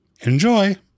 Enjoy